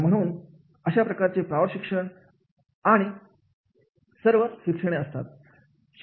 तर म्हणून अशा प्रकारचे प्रौढ शिक्षण आणि सगळे असतात